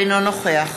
אינו נוכח